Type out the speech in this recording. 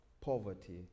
poverty